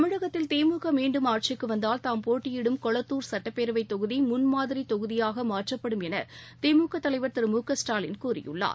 தமிழகத்தில் திமுக மீண்டும் ஆட்சிக்கு வந்தால் தாம் போட்டியிடும் கொளத்தூர் சட்டப்பேரவைத் தொகுதி முன் மாதிரி தொகுதியாக மாற்றப்படும் என திமுக தலைவர் திரு மு க ஸ்டாலின் கூறியுள்ளார்